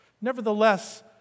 Nevertheless